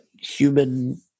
human